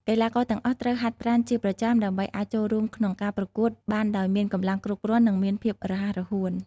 កីឡាករទាំងអស់ត្រូវហាត់ប្រាណជាប្រចាំដើម្បីអាចចូលរួមក្នុងការប្រកួតបានដោយមានកម្លាំងគ្រប់គ្រាន់និងមានភាពរហ័សរហួន។